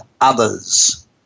others